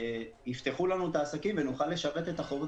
יפתחו לנו את העסקים ונוכל לשרת את החובות